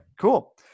cool